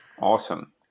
Awesome